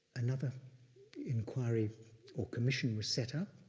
another inquiry or commission was set up,